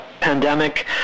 pandemic